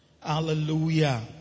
Hallelujah